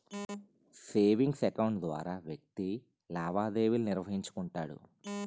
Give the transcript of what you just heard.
savings account ద్వారా వ్యక్తి లావాదేవీలు నిర్వహించుకుంటాడు